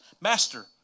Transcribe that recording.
Master